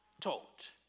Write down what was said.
taught